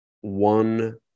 one